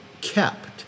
kept